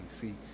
See